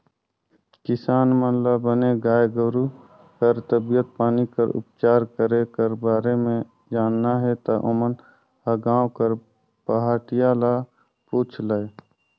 किसान मन ल बने गाय गोरु कर तबीयत पानी कर उपचार करे कर बारे म जानना हे ता ओमन ह गांव कर पहाटिया ल पूछ लय